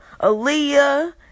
Aaliyah